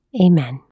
Amen